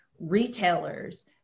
retailers